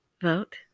vote